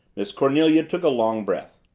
miss cornelia took a long breath.